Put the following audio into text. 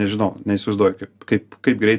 nežinau neįsivaizduoju kaip kaip kaip greit